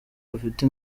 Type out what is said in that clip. bafite